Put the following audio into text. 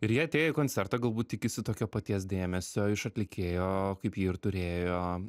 ir jie atėję į koncertą galbūt tikisi tokio paties dėmesio iš atlikėjo kaip jį ir turėjo